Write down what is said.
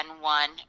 one